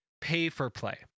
pay-for-play